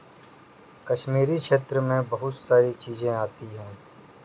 कश्मीरी स्रोत मैं बहुत सारी चीजें आती है